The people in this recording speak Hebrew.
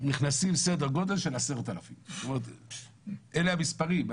נכנסים סדר גודל של 10,000. אלה המספרים.